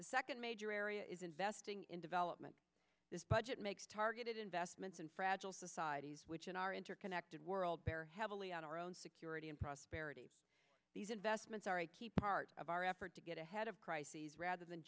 the second major area is investing in development this budget makes targeted investments in fragile societies which in our interconnected world bear heavily on our own security and prosperity these investments are a key part of our effort to get ahead of crises rather than